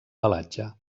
pelatge